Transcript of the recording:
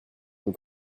nous